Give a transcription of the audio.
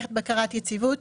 מערכת בקרת יציבות.